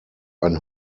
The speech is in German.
ein